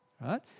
right